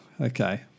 okay